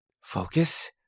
Focus